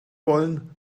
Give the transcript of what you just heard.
wollen